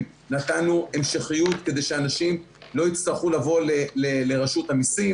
נתנו המשכיות כדי שאנשים לא יצטרכו לבוא לרשות המיסים.